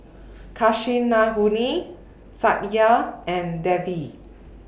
Kasinadhuni Satya and Devi